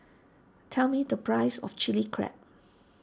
tell me the price of Chilli Crab